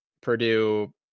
Purdue